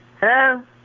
Hello